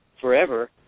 forever